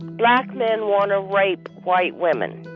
black men want to rape white women.